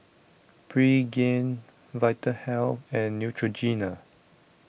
Pregain Vitahealth and Neutrogena